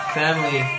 family